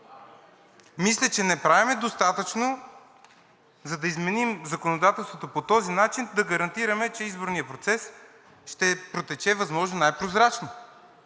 Мисля, че не правим достатъчно, за да изменим законодателството по този начин, за да гарантираме, че изборният процес ще протече възможно най-прозрачно.